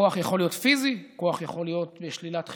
כוח יכול להיות פיזי, כוח יכול להיות שלילת חירות.